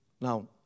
Now